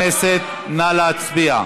חברי הכנסת, נא להצביע.